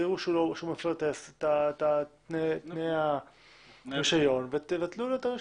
תראו שהוא מפר את תנאי הרישיון ותבטלו לו את הרישיון.